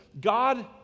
God